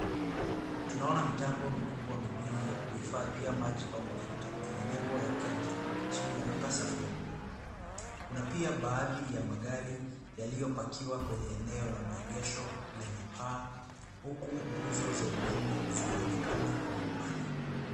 Tunaona mitambo mikubwa miwili ya kuhifadia maji au mafuta enye nembo ya kenjen chini ya anga safi ya buluu. Kuna pia baadhi ya magari yaliyopakiwa kwenye eneo la maegesho lenye paa huku nguzo za umeme zinaonekana kwa umbali.